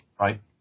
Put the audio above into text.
right